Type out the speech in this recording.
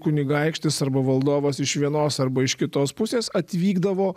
kunigaikštis arba valdovas iš vienos arba iš kitos pusės atvykdavo